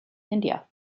india